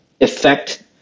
effect